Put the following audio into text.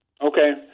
Okay